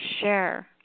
share